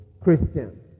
Christian